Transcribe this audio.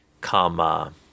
come